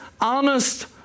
honest